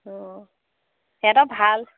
অঁ সিহঁতৰ ভাল